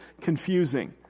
confusing